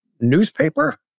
newspaper